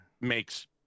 makes